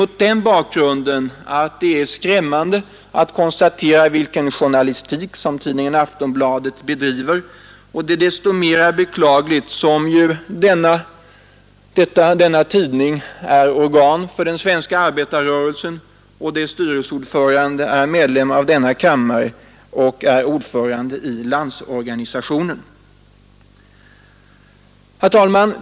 Mot den bakgrunden tycker jag att det är skrämmande att konstatera vilken journalistik som tidningen Aftonbladet bedriver, och det är desto mera beklagligt som ju denna tidning är organ för den svenska arbetarrörelsen och dess styrelseord förande är medlem av denna kammare och även ordförande i Landsorganisationen. Herr talman!